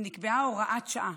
ונקבעה הוראת שעה